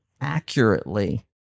accurately